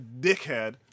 dickhead